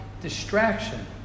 distraction